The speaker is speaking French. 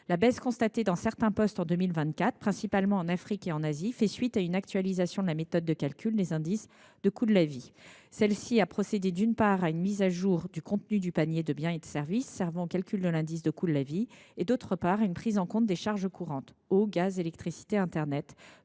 La baisse constatée dans certains postes en 2024, principalement en Afrique et en Asie, fait suite à une actualisation de la méthode de calcul des indices de coût de la vie. Celle ci a procédé, d’une part, à une mise à jour du contenu du panier de biens et de services servant au calcul de l’indice de coût de la vie et, d’autre part, à une prise en compte des charges courantes – eau, gaz, électricité, internet